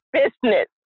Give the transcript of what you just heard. business